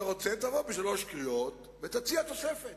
אתה רוצה, תבוא בשלוש קריאות ותציע תוספת.